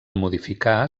modificar